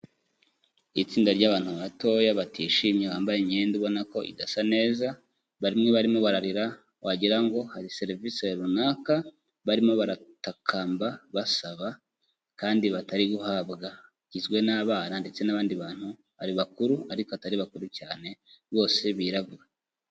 Itsinda ry'abantu batoya batishimye bambaye imyenda ubona ko idasa neza bamwe barimo bararira wagirango ngo hari serivisi runaka barimo baratakamba basaba kandi batari guhabwa bagizwe n'abana ndetse n'abandi bantu ari bakuru ariko atari bakuru cyane bose birabura.